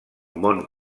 món